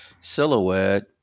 silhouette